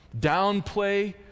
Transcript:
downplay